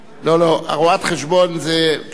רואת-חשבון זה שייך לבעלה,